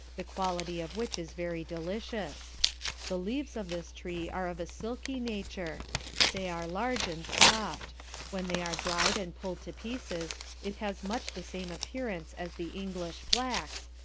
the quality of which is very delicious the leaves of this tree are of a silky nature they are large and soft when they are dried and pulled to pieces it has much the same appearance as the english flax,